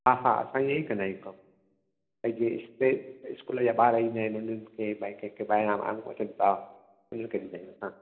हा हा असां ईअं ई कंदा आहियूं कमु स्कूल जा ॿार ईंदा आहिनि इन्हनि खे भई के के ॿाहिरां माण्हूं अचनि था उन्हनि खे ॾींदा आहियूं असां